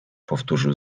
powtórzył